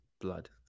blood